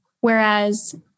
Whereas